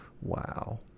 Wow